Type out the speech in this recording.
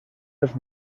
les